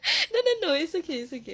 no no no it's okay it's okay